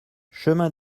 chemin